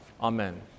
Amen